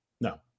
no